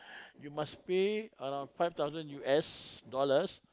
you must pay around five thousand U_S dollars